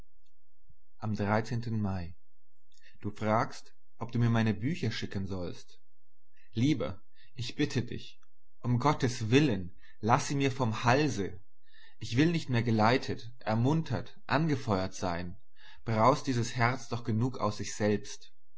am mai du fragst ob du mir meine bücher schicken sollst lieber ich bitte dich um gottes willen laß mir sie vom halse ich will nicht mehr geleitet ermuntert angefeuert sein braust dieses herz doch genug aus sich selbst